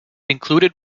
included